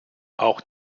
auch